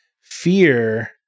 fear